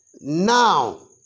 Now